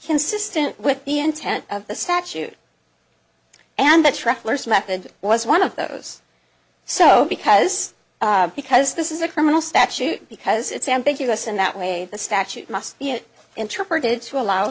consistent with the intent of the statute and the travelers method was one of those so because because this is a criminal statute because it's ambiguous in that way the statute must be interpreted to allow